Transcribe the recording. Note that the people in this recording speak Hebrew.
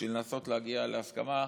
בשביל לנסות להגיע להסכמה.